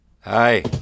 Hi